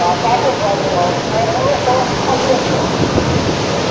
পাব পাব মোৰো খালী আছে ৰূমটো